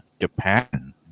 Japan